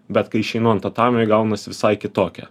bet kai išeinu ant tatamio ji gaunas visai kitokia